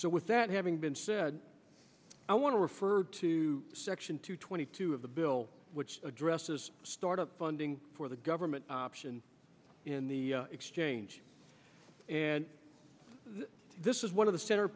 so with that having been said i want to refer to section two twenty two of the bill which addresses start up funding for the government option in the exchange and this is one of the center